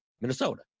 Minnesota